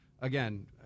again